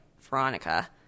Veronica